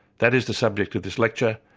that is the subject of this lecture,